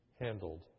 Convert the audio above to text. handled